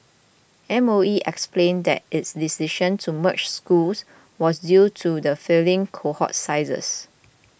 M O E explained that its decision to merge schools was due to the falling cohort sizes